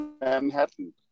Manhattan